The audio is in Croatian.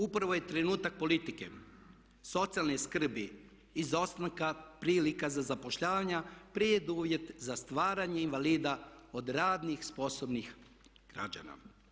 Upravo je trenutak politike socijalne skrbi izostanka prilika za zapošljavanja preduvjet za stvaranje invalida od radno sposobnih građana.